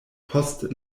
post